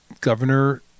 Governor